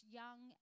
young